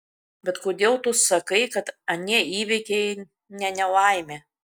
bet kodėl tu sakai kad anie įvykiai ne nelaimė